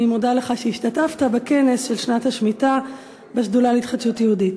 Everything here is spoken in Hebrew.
אני מודה לך על שהשתתפת בכנס על שנת השמיטה בשדולה להתחדשות יהודית.